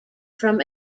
from